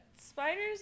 Spiders